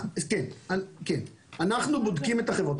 כן, אנחנו בודקים את החברות.